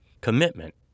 commitment